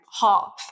half